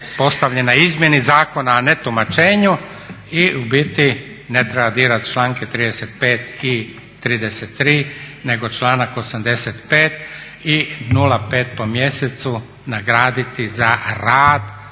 postavljen na izmjeni zakona a ne tumačenju i u biti ne treba dirati članke 35.i 33.nego članak 85.i 0,5 po mjesecu na graditi za rad